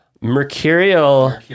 Mercurial